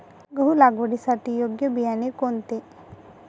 गहू लागवडीसाठी योग्य बियाणे कोणते?